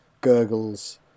gurgles